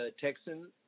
Texan